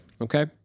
Okay